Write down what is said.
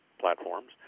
platforms